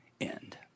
end